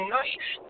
nice